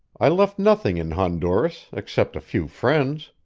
i left nothing in honduras except a few friends.